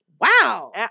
Wow